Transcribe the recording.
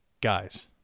guys